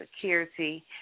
security